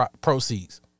proceeds